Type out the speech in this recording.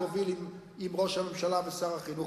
תוביל עם ראש הממשלה ושר החינוך,